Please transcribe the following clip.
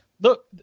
look